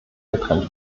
getrennt